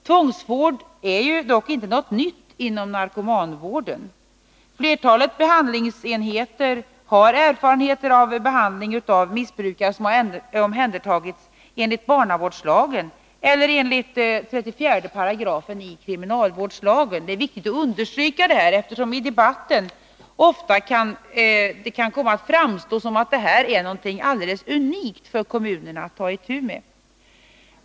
Tvångsvård är dock inte något nytt inom narkomanvården. Flertalet behandlingsenheter har erfarenhet av behandling av missbrukare som omhändertagits enligt barnavårdslagen eller enligt 34 § kriminalvårdslagen. Det är viktigt att understryka detta, eftersom det i debatten ofta kan komma att framstå som om tvångsvården är något alldeles unikt för kommunerna att ta itu med.